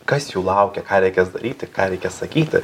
kas jų laukia ką reikės daryti ką reikės sakyti